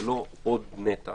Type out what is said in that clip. זה לא עוד נתח.